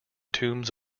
tombs